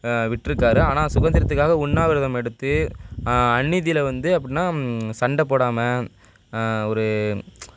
விட்டிருக்காரு ஆனால் சுதந்திரத்துக்காக உண்ணாவிரதம் எடுத்து அநீதியில் வந்து அப்புடின்னா சண்டை போடாமல் ஒரு